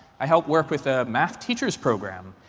i help work with a math teachers program.